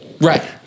Right